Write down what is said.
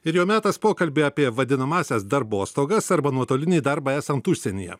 ir jau metas pokalbiui apie vadinamąsias darbostogas arba nuotolinį darbą esant užsienyje